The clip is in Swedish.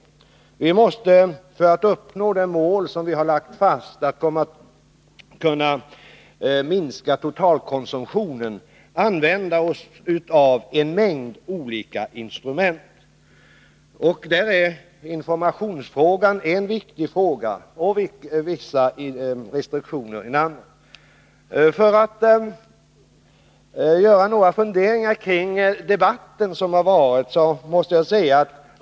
För att uppnå det mål som vi har lagt fast — att minska den totala konsumtionen — måste vi använda oss av en mängd olika instrument. Där är informationen en viktig fråga, och vissa restriktioner en annan. Jag vill göra några funderingar kring den debatt som har varit.